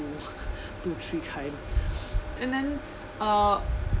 two two three kind and then uh